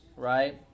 right